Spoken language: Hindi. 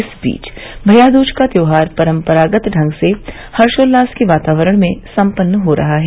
इस बीच भैया दूज का त्योहार परम्परागत ढंग से हर्षोल्लास के वातावरण में संपन्न हो रहा है